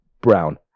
brown